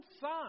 Son